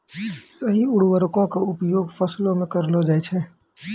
सही उर्वरको क उपयोग फसलो म करलो जाय छै